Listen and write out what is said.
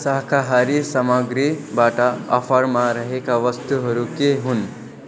शाकाहारी सामग्रीबाट अफरमा रहेका वस्तुहरू के हुन्